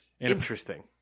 Interesting